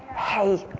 hey.